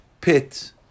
pit